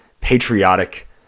patriotic